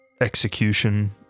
execution